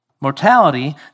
Mortality